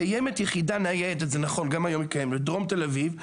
קיימת יחידה ניידת בדרום תל אביב,